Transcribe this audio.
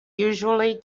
usually